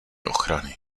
ochrany